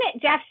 Jeff